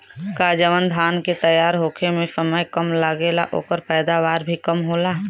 का जवन धान के तैयार होखे में समय कम लागेला ओकर पैदवार भी कम होला?